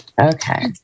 Okay